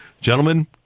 Gentlemen